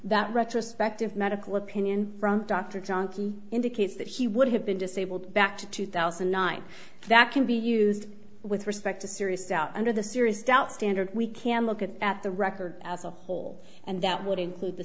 that retrospective medical opinion from dr john indicates that he would have been disabled back to two thousand and nine that can be used with respect to serious doubt under the serious doubt standard we can look at at the record as a whole and that would include the